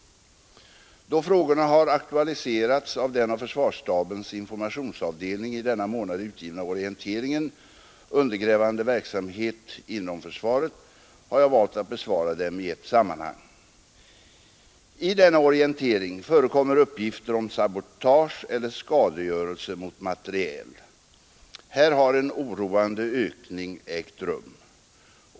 Då frågorna har aktualiserats av den av försvarsstabens informationsavdelning i denna månad utgivna orienteringen ”Undergrävande verksamhet inom försvaret” har jag valt att besvara dem i ett sammanhang. I denna orientering förekommer uppgifter om sabotage eller skadegörelse mot materiel. Här har en oroande ökning ägt rum.